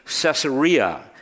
Caesarea